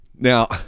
Now